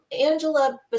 Angela